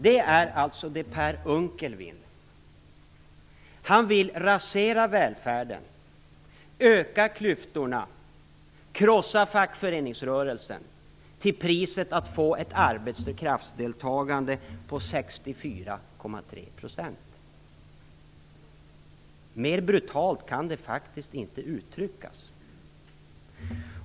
Det är alltså det Per Unckel vill: Rasera välfärden, öka klyftorna, krossa fackföreningsrörelsen till priset av att få ett arbetskraftsdeltagande på 64,3%. Mer brutalt kan det faktiskt inte uttryckas.